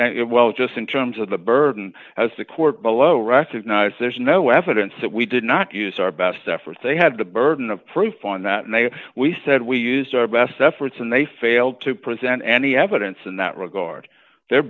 and well just in terms of the burden as the court below recognise there's no evidence that we did not use our best efforts they had the burden of proof on that and then we said we used our best efforts and they failed to present any evidence in that regard the